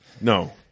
No